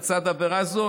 לצד עבירה זו,